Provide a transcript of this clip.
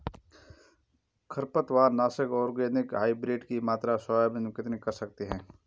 खरपतवार नाशक organic hybrid की मात्रा सोयाबीन में कितनी कर सकते हैं?